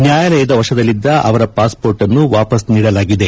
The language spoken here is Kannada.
ನ್ಯಾಯಾಲಯದ ವಶದಲ್ಲಿದ್ದ ಅವರ ಪಾಸ್ಪೋರ್ಟ್ಅನ್ನು ವಾಪಸ್ ನೀಡಲಾಗಿದೆ